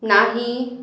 नाही